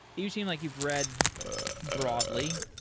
you seem like you've read broadly.